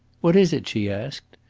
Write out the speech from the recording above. what is it? she asked,